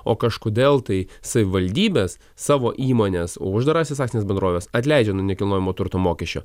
o kažkodėl tai savivaldybės savo įmones uždarąsias akcines bendroves atleidžia nuo nekilnojamo turto mokesčio